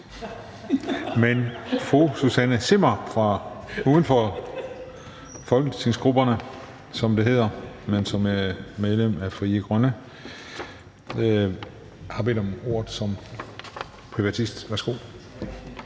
men fru Susanne Zimmer, uden for grupperne, som det hedder, men som er medlem af Frie Grønne, har bedt om ordet som privatist. Værsgo.